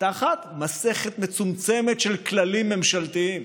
תחת מסכת מצומצמת של כללים ממשלתיים.